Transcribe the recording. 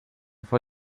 vor